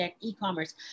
e-commerce